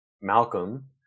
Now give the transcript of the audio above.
malcolm